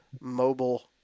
mobile